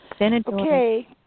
Okay